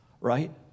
right